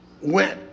went